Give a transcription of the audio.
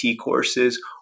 courses